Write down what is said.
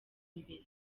imbere